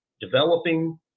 developing